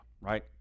right